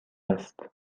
است